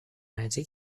رنجه